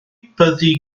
byddi